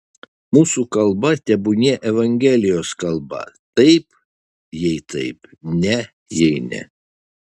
mūsų kalba tebūnie evangelijos kalba taip jei taip ne jei ne